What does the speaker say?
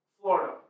Florida